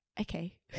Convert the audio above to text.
okay